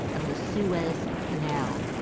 and the suez canal.